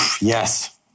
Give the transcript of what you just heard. Yes